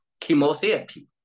Chemotherapy